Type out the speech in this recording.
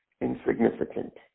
insignificant